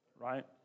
right